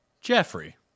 Jeffrey